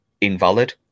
invalid